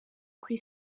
kuri